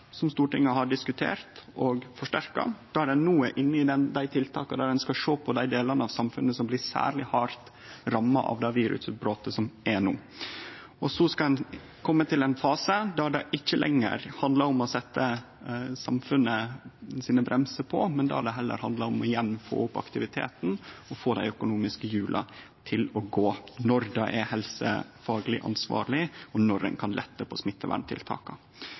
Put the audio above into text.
som Stortinget har diskutert og forsterka, og der ein no skal sjå på tiltak for dei delane av samfunnet som blir særleg hardt ramma av virusutbrotet. Så skal ein kome til ein fase der det ikkje lenger handlar om å setje bremsar på samfunnet, men der det handlar om igjen å få opp aktiviteten, få dei økonomiske hjula til å gå – når det er helsefagleg ansvarleg, og når ein kan lette på smitteverntiltaka.